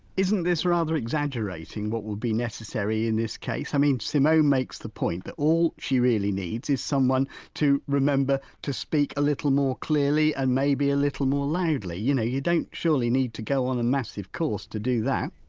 isn't this rather exaggerating what would be necessary in this case? i mean simone makes the point that all she really needs is someone to remember to speak a little more clearly and maybe a little more loudly. you know you don't surely need to go on a massive course to do that?